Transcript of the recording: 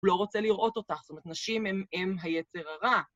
הוא לא רוצה לראות אותך, זאת אומרת, נשים הן היצר הרע.